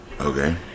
Okay